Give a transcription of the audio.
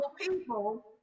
people